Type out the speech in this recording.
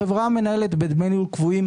החברה המנהלת בדמי ניהול קבועים,